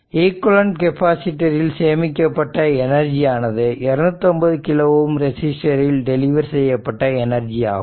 equivalent கெப்பாசிட்டரில் சேமிக்கப்பட்ட energy ஆனது 250 கிலோ ஓம் ரெசிஸ்டரில் டெலிவர் செய்யப்பட்ட எனர்ஜி ஆகும்